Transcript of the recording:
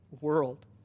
world